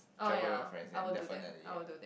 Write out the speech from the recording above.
travel with your friends and definitely lah